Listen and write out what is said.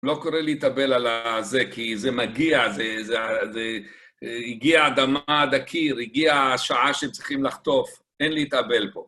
לא קורה להתאבל על זה, כי זה מגיע, זה... הגיעה אדמה עד הקיר, הגיעה השעה שהם צריכים לחטוף, אין להתאבל פה.